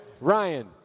Ryan